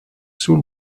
sul